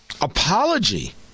apology